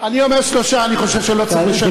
אני אומר שלושה, אני חושב שלא צריך לשנות.